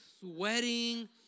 sweating